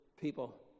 people